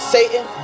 Satan